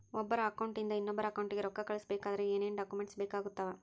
ಒಬ್ಬರ ಅಕೌಂಟ್ ಇಂದ ಇನ್ನೊಬ್ಬರ ಅಕೌಂಟಿಗೆ ರೊಕ್ಕ ಕಳಿಸಬೇಕಾದ್ರೆ ಏನೇನ್ ಡಾಕ್ಯೂಮೆಂಟ್ಸ್ ಬೇಕಾಗುತ್ತಾವ?